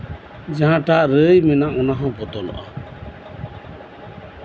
ᱡᱟᱦᱟᱸᱴᱟᱜ ᱨᱟᱹᱲ ᱢᱮᱱᱟᱜ ᱚᱱᱟ ᱦᱚᱸ ᱵᱚᱫᱚᱞᱚᱜᱼᱟ